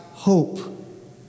hope